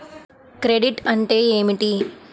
Credit అంటే ఏమిటి?